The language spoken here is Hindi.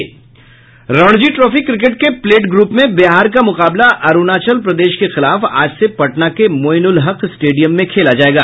रणजी ट्रॉफी क्रिकेट के प्लेट ग्रुप में बिहार का मुकाबला अरूणाचल प्रदेश के खिलाफ आज से पटना के मोईनुलहक स्टेडियम में खेला जायेगा